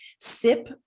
SIP